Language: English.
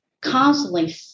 constantly